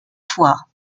fois